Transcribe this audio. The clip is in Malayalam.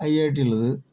ഐ ഐ ടി ഉള്ളത്